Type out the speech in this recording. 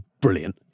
brilliant